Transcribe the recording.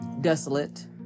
desolate